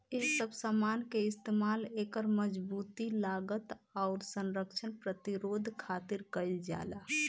ए सब समान के इस्तमाल एकर मजबूती, लागत, आउर संरक्षण प्रतिरोध खातिर कईल जाला